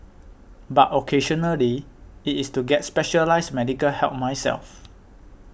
but occasionally it is to get specialised medical help myself